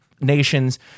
nations